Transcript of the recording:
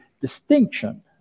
distinction